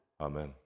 Amen